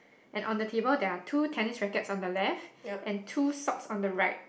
and on the table there are two tennis rackets on the left and two socks on the right